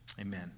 Amen